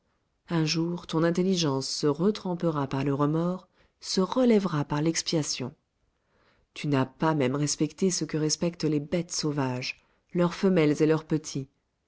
un jour ton intelligence se retrempera par le remords se relèvera par l'expiation tu n'as pas même respecté ce que respectent les bêtes sauvages leurs femelles et leurs petits